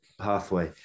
pathway